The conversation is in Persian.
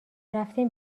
رفتیم